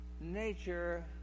nature